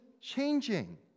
changing